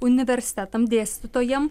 universitetam dėstytojam